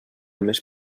més